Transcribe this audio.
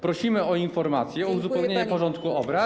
Prosimy o informację, o uzupełnienie porządku obrad.